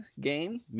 game